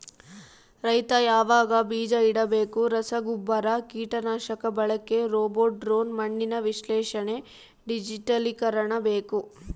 ರೈತ ಯಾವಾಗ ಬೀಜ ಇಡಬೇಕು ರಸಗುಬ್ಬರ ಕೀಟನಾಶಕ ಬಳಕೆ ರೋಬೋಟ್ ಡ್ರೋನ್ ಮಣ್ಣಿನ ವಿಶ್ಲೇಷಣೆ ಡಿಜಿಟಲೀಕರಣ ಬೇಕು